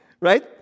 right